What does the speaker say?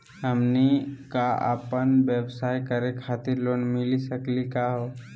हमनी क अपन व्यवसाय करै खातिर लोन मिली सकली का हो?